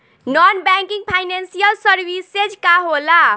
Non banking financial services का होला?